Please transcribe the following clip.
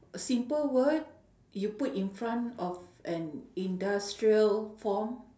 simple word you put in front of an industrial form